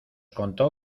contó